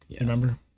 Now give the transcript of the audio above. Remember